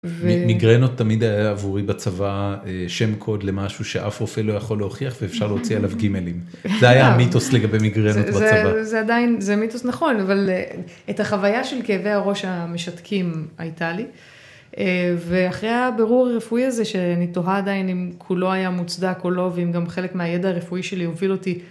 מיגרנות תמיד היה עבורי בצבא שם קוד למשהו שאף רופא לא יכול להוכיח ואפשר להוציא עליו גימלים. זה היה המיתוס לגבי מיגרנות בצבא. זה עדיין, זה מיתוס נכון, אבל את החוויה של כאבי הראש המשתקים הייתה לי. ואחרי הבירור הרפואי הזה שאני תוהה עדיין אם כולו היה מוצדק או לא, וגם חלק מהידע הרפואי שלי הוביל אותי.